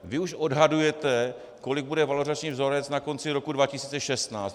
Vy už odhadujete, kolik bude valorizační vzorec na konci roku 2016.